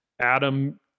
Adam